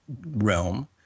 realm